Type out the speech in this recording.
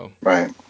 Right